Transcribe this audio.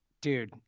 dude